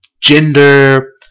gender